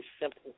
simple